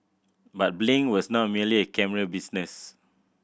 but Blink was not merely a camera business